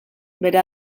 bere